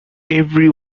every